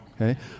okay